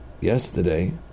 Yesterday